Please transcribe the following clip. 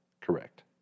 Correct